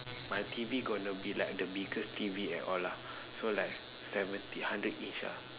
my T_V going to be like the biggest T_V at all lah so like seventy hundred inch ah